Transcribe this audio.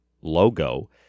logo